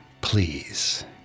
please